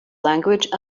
language